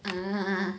hmm